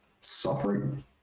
suffering